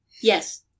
Yes